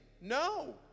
No